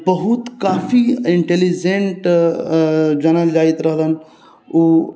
बहुत काफी इन्टेलीजेन्ट जानल जाइत रहलनि उ